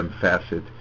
facet